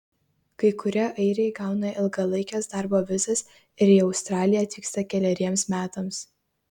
kai kurie airiai gauna ilgalaikes darbo vizas ir į australiją atvyksta keleriems metams